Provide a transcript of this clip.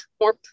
more